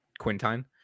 quintine